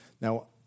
Now